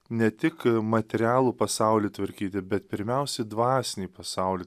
ne tik materialų pasaulį tvarkyti bet pirmiausia dvasinį pasaulį